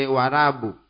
Warabu